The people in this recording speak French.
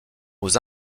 aux